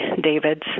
Davids